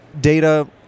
data